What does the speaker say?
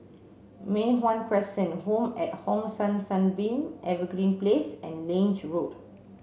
Mei Hwan Crescent Home at Hong San Sunbeam Evergreen Place and Lange Road